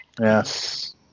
Yes